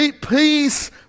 peace